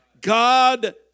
God